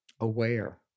aware